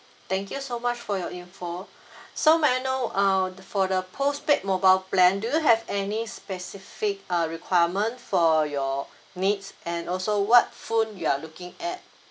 thank you so much for your info so may I know err for the postpaid mobile plan do you have any specific uh requirement for your needs and also what phone you are looking at